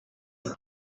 ubu